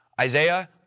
Isaiah